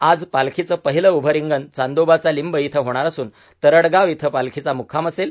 आज पालखीचं पहिलं उभं रिंगण चांदोबाचा लिंब इथं होणार असून तरडगाव इथं पालखीचा मुक्कोम असेल